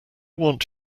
want